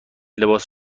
لباس